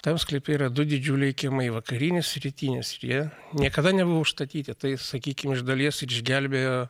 tam sklype yra du didžiuliai kiemai vakarinis ir rytinis ir jie niekada nebuvo užstatyti tai sakykim iš dalies ir išgelbėjo